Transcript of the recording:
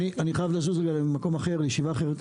היושב-ראש, אני חייב לזוז לישיבה אחרת.